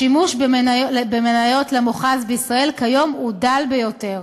השימוש במניות למוכ"ז בישראל כיום הוא דל ביותר.